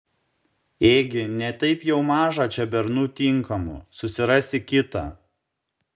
ėgi ne taip jau maža čia bernų tinkamų susirasi kitą